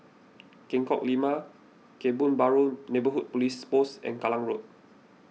Lengkok Lima Kebun Baru Neighbourhood Police Post and Kallang Road